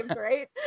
right